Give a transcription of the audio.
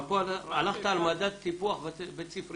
אבל פה הלכת על מדד טיפוח בית-ספרי.